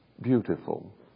beautiful